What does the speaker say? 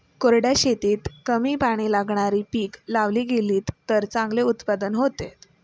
कोरड्या शेतीत कमी पाणी लागणारी पिकं लावली गेलीत तर चांगले उत्पादन होते